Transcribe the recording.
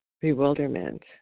bewilderment